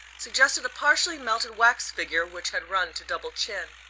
suggested a partially-melted wax figure which had run to double-chin.